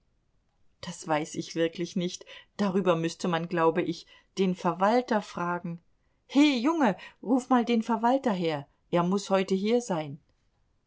das weiß ich wirklich nicht darüber müßte man glaube ich den verwalter fragen he junge ruf mal den verwalter her er muß heute hier sein